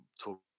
talk